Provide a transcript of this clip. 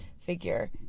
figure